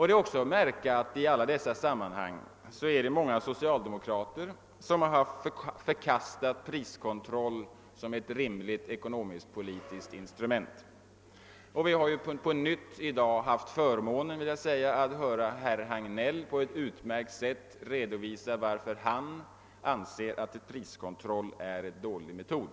Det är också att märka att i alla dessa sammanhang många socialdemokrater förkastat priskontroll som ett rimligt ekonomiskt-politiskt instrument. I dag har vi på nytt haft förmånen att höra herr Hagnell på ett utmärkt sätt redovisa, varför han anser att priskontroll är en dålig metod.